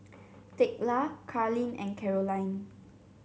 Thekla Carlyn and Karolyn